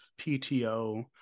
PTO